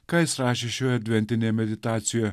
ką jis rašė šioje adventinėj meditacioe